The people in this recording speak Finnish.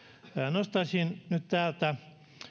nostaisin nyt täältä